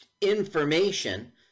information